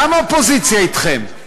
למה האופוזיציה אתכם?